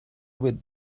with